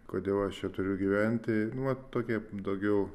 kodėl aš čia turiu gyventi nu vat tokie daugiau